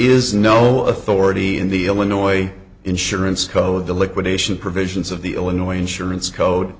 is no authority in the illinois insurance code to liquidation provisions of the illinois insurance code